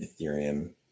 Ethereum